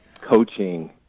Coaching